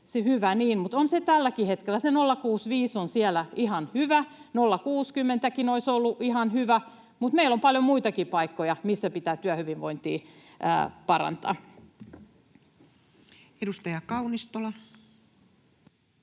hyvä niin, mutta on se 0,65 tälläkin hetkellä siellä ihan hyvä. 0,60:kin olisi ollut ihan hyvä, mutta meillä on paljon muitakin paikkoja, missä pitää työhyvinvointia parantaa. [Speech 151]